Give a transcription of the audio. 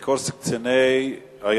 את קורס קציני היבשה,